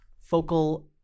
Focal